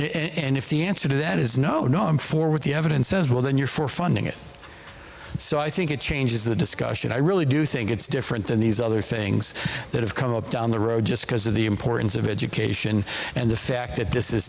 other and if the answer to that is no no for what the evidence says well then you're for funding it so i think it changes the discussion i really do think it's different than these other things that have come up down the road just because of the importance of education and the fact that this is